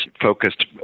focused